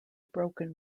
broken